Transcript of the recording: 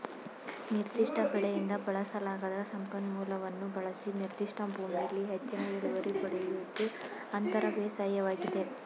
ನಿರ್ದಿಷ್ಟ ಬೆಳೆಯಿಂದ ಬಳಸಲಾಗದ ಸಂಪನ್ಮೂಲವನ್ನು ಬಳಸಿ ನಿರ್ದಿಷ್ಟ ಭೂಮಿಲಿ ಹೆಚ್ಚಿನ ಇಳುವರಿ ಪಡಿಯೋದು ಅಂತರ ಬೇಸಾಯವಾಗಿದೆ